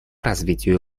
развитию